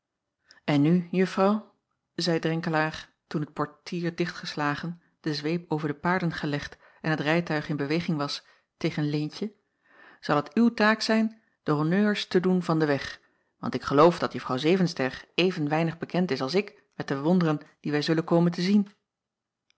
n nu uffrouw zeî renkelaer toen het portier dichtgeslagen de zweep over de paarden gelegd en het rijtuig in beweging was tegen eentje zal het uwe taak zijn de honneurs te doen van den weg want ik geloof dat uffrouw evenster even weinig bekend is als ik met de wonderen die wij zullen komen te zien